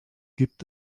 gibt